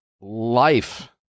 life